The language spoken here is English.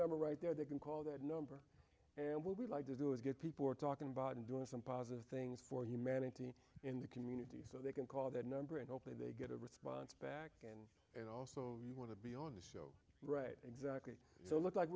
number right there they can call that number and what we'd like to do is get people are talking about and doing some positive things for humanity in the community so they can call their number and hopefully they get a response back and also we want to be on the show right exactly so look like